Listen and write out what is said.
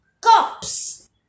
Cops